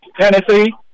Tennessee